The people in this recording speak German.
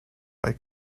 bei